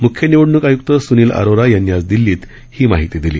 म्ख्य निवडणूक आयूक्त सुनील अरोरा यांनी आज दिल्लीत ही माहिती दिली